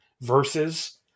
Versus